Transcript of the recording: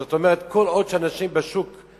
זאת אומרת כל עוד שאנשים מהלכים